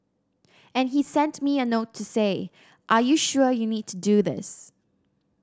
and he sent me a note to say are you sure you need to do this